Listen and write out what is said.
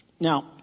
Now